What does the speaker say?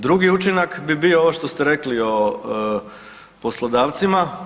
Drugi učinak bi bio ovo što ste rekli o poslodavcima.